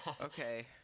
okay